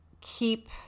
keep